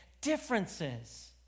differences